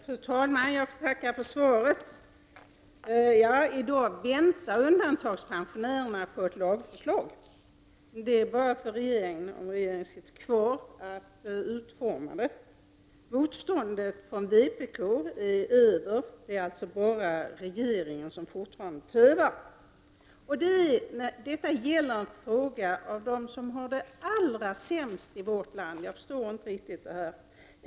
Fru talman! Jag får tacka för svaret. Undantagandepensionärerna väntar i dag på ett lagförslag. Om regeringen sitter kvar, är det bara att utforma förslaget. Motståndet från vpk är över, så nu är det bara regeringen som fortfarande tövar. Denna fråga berör dem som har det allra sämst i vårt land. Jag förstår inte riktigt det här.